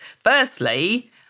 Firstly